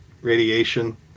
radiation